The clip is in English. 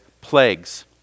plagues